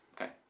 okay